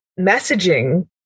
messaging